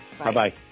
Bye-bye